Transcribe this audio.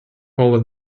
over